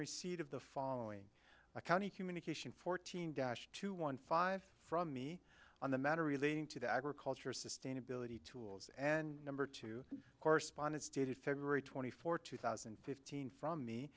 receipt of the following a county communication fourteen dash two one five from me on the matter relating to the agriculture sustainability tools and number two correspondents dated february twenty fourth two thousand and fifteen from me